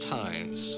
times